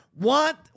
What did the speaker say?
want